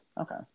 Okay